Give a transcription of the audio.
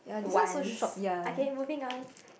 ones okay moving on